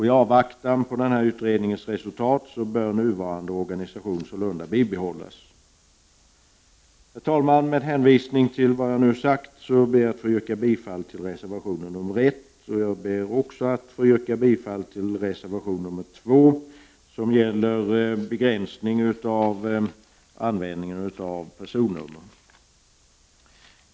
I avvaktan på utredningens resultat bör nuvarande organisation sålunda bibehållas. Herr talman! Med hänvisning till vad jag nu har sagt ber jag att få yrka bifall till reservation nr 1. Jag ber också att få yrka bifall till reservation nr 2, som gäller begränsning av användning av personnummer.